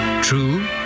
True